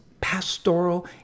pastoral